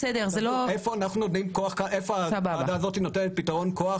איפה הוועדה הזאת נותנת פתרון כוח